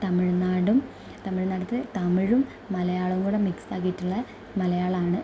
തമിഴ്നാടും തമിഴ്നാട്ടിലത്തെ തമിഴും മലയാളവും കൂടി മിക്സ്സാക്കിയിട്ടുള്ള മലയാളമാണ്